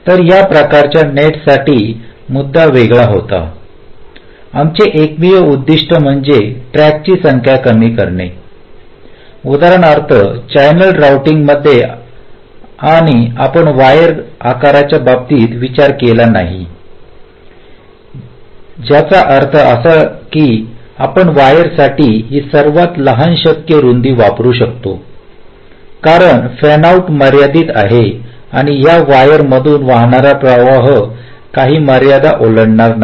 तर या प्रकारच्या नेट्ससाठीचा मुद्दा वेगळा होता आमचे एकमेव उद्दीष्ट म्हणजे ट्रॅकची संख्या कमी करणे उदाहरणार्थ चॅनेल रोऊटिंगमध्ये आणि आपण वायर आकाराच्या बाबतीत विचार केला नाही ज्याचा अर्थ असा आहे की आपण वायरसाठी ही सर्वात लहान शक्य रुंदी वापरु शकतो कारण फॅन आउट मर्यादित आहे आणि या वायरमधून वाहणारा प्रवाह काही मर्यादा ओलांडणार नाही